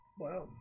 Wow